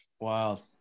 Wow